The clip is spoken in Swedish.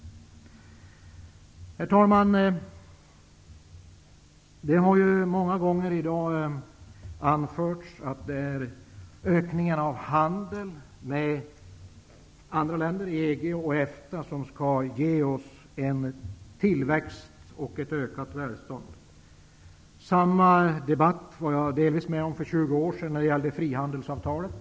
Herr talman! Det har många gånger i dag anförts att det är ökningen av handeln med länder i EG och EFTA som skall ge oss tillväxt och ökat välstånd. Samma debatt fördes i viss mån för 20 år sedan när det gällde frihandelsavtalet.